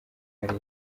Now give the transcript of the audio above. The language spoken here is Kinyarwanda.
leta